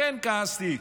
לכן כעסתי,